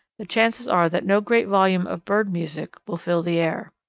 the chances are that no great volume of bird music will fill the air.